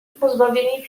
pozbawieni